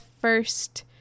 first